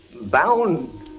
Bound